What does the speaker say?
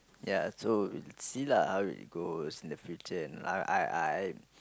ya so we'll see lah how it goes in the future and I I I